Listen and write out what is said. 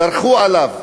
דרכו עליו,